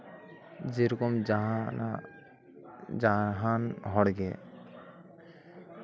ᱡᱮᱨᱚᱠᱚᱢ ᱡᱟᱦᱟᱱᱟᱜ ᱡᱟᱦᱟᱱ ᱦᱚᱲᱜᱮ